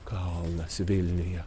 kalnas vilniuje